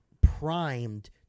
primed